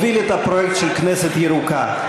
הוביל את הפרויקט של כנסת ירוקה.